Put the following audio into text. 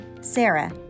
Sarah